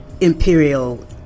imperial